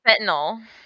fentanyl